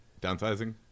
Downsizing